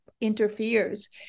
interferes